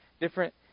different